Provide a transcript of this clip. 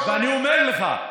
ואני אומר לך,